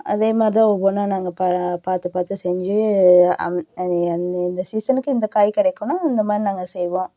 அதே மாதிரிதான் ஒவ்வொன்றா நாங்கள் பா பார்த்து பார்த்து செஞ்சு அந்த எந்த எந்த சீசனுக்கு இந்த காய் கிடைக்குன்னா அந்த மாதிரி நாங்கள் செய்வோம்